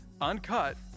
uncut